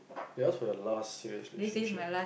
they ask for your last serious relationship